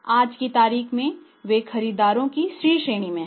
आज की तारीख में वे खरीदारों की C श्रेणी हैं